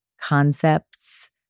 concepts